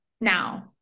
now